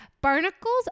barnacles